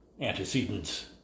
antecedents